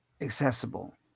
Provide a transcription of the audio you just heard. accessible